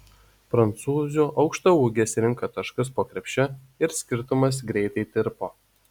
prancūzių aukštaūgės rinko taškus po krepšiu ir skirtumas greitai tirpo